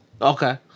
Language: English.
Okay